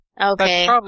Okay